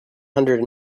hundred